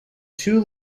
two